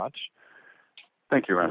much thank you